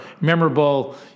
memorable